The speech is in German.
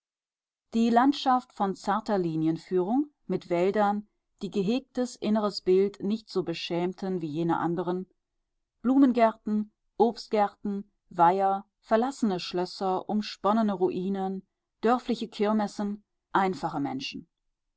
die landschaft von zarter linienführung mit wäldern die gehegtes inneres bild nicht so beschämten wie jene anderen blumengärten obstgärten weiher verlassene schlösser umsponnene ruinen dörfliche kirmessen einfache menschen